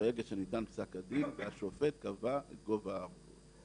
ברגע שניתן פסק הדין והשופט קבע את גובה הערבות.